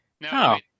No